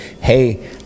Hey